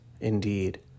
indeed